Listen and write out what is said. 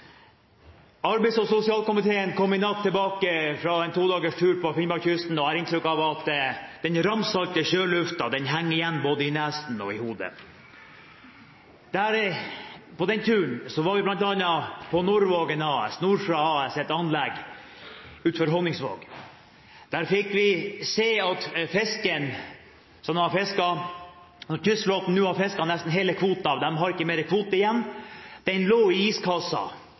Arbeids- og sosialkomiteen kom i natt tilbake fra en todagers tur på Finnmarkskysten, og jeg har inntrykk av at den ramsalte sjøluften henger igjen i både nesen og hodet. På den turen var vi bl.a. på Nordvågen AS, Norsra AS, et anlegg utenfor Honningsvåg. Der fikk vi se at fisken som var fisket – kystflåten har nå fisket nesten hele kvoten, de har ikke mer kvote igjen – lå i iskasser, og det vibrerte i fiskekjøttet, så fersk var den.